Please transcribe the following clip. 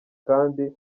kandi